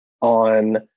On